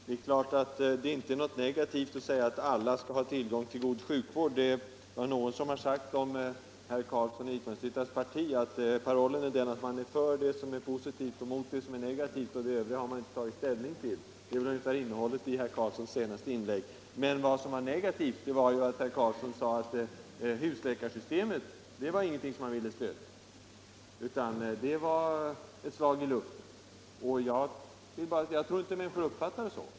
Herr talman! Det är inte negativt att säga att alla skall ha tillgång till god sjukvård. Någon har sagt om herr Carlssons i Vikmanshyttan parti att man är för det som är positivt och mot det som är negativt, och det övriga har man inte tagit ställning till. Detta var väl också det ungefärliga innehållet i herr Carlssons senaste inlägg. Det negativa är är att herr Carlsson sade att husläkarsystemet inte var någonting som han ville stödja, utan att det var ett slag i luften. Jag tror inte att människor uppfattar det så.